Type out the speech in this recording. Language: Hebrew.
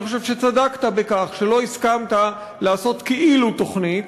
אני חושב שצדקת בכך שלא הסכמת לעשות כאילו-תוכנית,